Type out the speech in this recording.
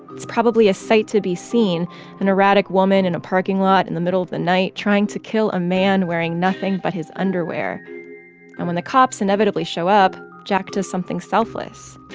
it's probably a sight to be seen an erratic woman in a parking lot in the middle of the night trying to kill a man wearing nothing but his underwear and when the cops inevitably show up, jack does something selfless.